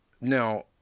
Now